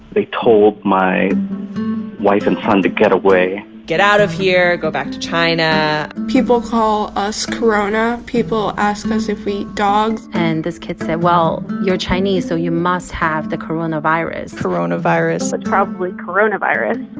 they told my wife and son to get away get out of here. go back to china people call us corona. people ask us if we eat dogs and this kid said, well, you're chinese, so you must have the coronavirus coronavirus it's probably coronavirus